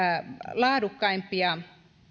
laadukkaimpia